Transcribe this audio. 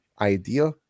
idea